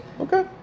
okay